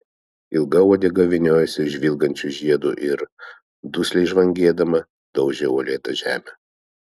ilga uodega vyniojosi žvilgančiu žiedu ir dusliai žvangėdama daužė uolėtą žemę